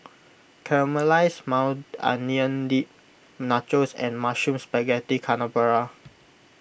Caramelized Maui Onion Dip Nachos and Mushroom Spaghetti Carbonara